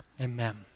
amen